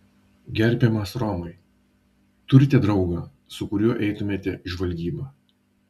gerbiamas romai turite draugą su kuriuo eitumėte į žvalgybą